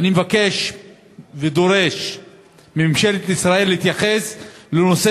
אני מבקש ודורש מממשלת ישראל להתייחס לנושא